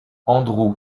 andrew